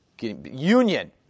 Union